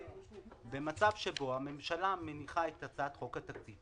במצב שבו הממשלה מניחה את הצעת חוק התקציב,